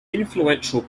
influential